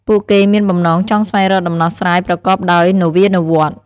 ពួកគេមានបំណងចង់ស្វែងរកដំណោះស្រាយប្រកបដោយនវានុវត្តន៍។